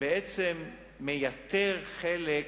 בעצם מייתר חלק